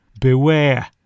Beware